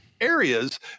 Areas